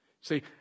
See